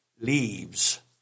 Leaves